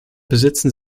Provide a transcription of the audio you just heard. besitzen